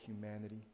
humanity